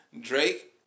Drake